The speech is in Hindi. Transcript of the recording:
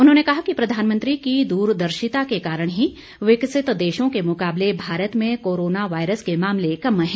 उन्होंने कहा कि प्रधानमंत्री की दूरदर्शिता के कारण ही विकसित देशों के मुकाबले भारत में कोरोना वायरस के मामले कम हैं